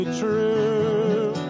true